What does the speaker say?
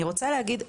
אני רוצה להגיד,